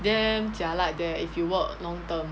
damn jialat there if you work long term